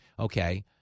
Okay